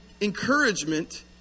encouragement